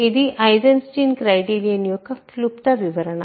ఇది Eisenstein criterion యొక్క క్లుప్త వివరణ